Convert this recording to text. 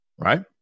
right